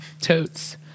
totes